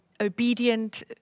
obedient